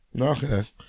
Okay